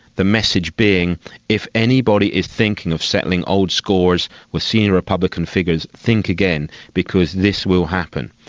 the message being if anybody is thinking of settling old scores with senior republican figures, think again, because this will happen'.